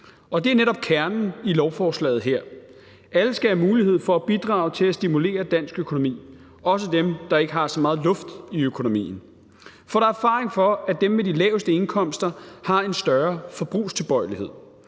Og det er netop kernen i lovforslaget her: Alle skal have mulighed for at bidrage til at stimulere dansk økonomi, også dem, der ikke har så meget luft i økonomien. For der er erfaring for, at dem med de laveste indkomster har en større forbrugstilbøjelighed.